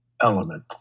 element